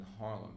Harlem